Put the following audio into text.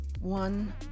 one